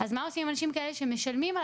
אז מה עושים אנשים כאלה שמשלמים על